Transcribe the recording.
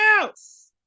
else